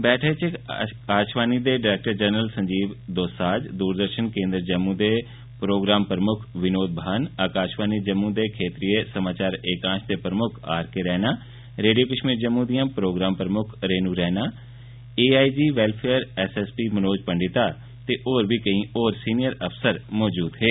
meeting च आकाशवाणी दे director general Sanjeev Dosanjh Doordarshan केन्द्र जम्मू दे प्रोग्राम प्रमुक्ख विनोद भान आकाशवाणी जम्मू दे क्षेत्रीय समाचार एकांश दे प्रमुक्ख R K Raina radio Kashmir Jammu दिआं प्रोग्राम प्रमुक्ख Renu Raina A I G welfare SSP Manoj Pandita ते होर बी केई सीनियर अफसर मौजूद हे